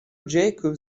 جاکوب